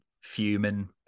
fuming